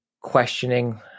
questioning